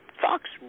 fox